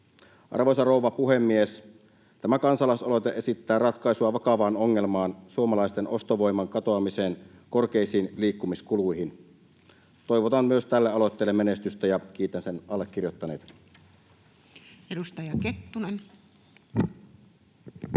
Arvoisa rouva puhemies! Tämä kansalaisaloite esittää ratkaisua vakavaan ongelmaan, suomalaisten ostovoiman katoamiseen korkeisiin liikkumiskuluihin. Toivotan myös tälle aloitteelle menestystä ja kiitän sen allekirjoittaneita. Edustaja Kettunen.